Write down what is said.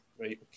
right